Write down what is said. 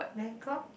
Bangkok